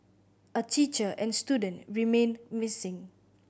a teacher and student remain missing